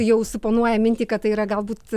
jau suponuoja mintį kad tai yra galbūt